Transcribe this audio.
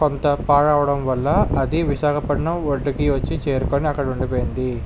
కొంత పాడవడం వల్ల అది విశాఖపట్నం వడ్డుకి వచ్చి చేరుకొని అక్కడ ఉండిపోయింది